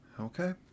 okay